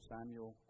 Samuel